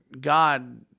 God